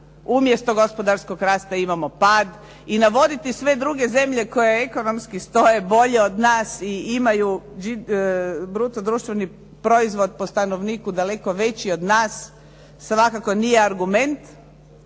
umjesto gospodarskog rasta imamo pad i navoditi sve druge zemlje koje ekonomski stoje bolje od nas i imaju bruto društveni proizvod po stanovniku daleko veći od nas svakako nije argument,